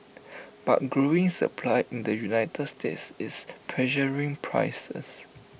but growing supply in the united states is pressuring prices